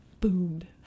boomed